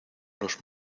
los